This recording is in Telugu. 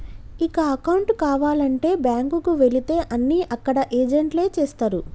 ఇక అకౌంటు కావాలంటే బ్యాంకుకి వెళితే అన్నీ అక్కడ ఏజెంట్లే చేస్తరు